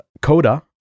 Coda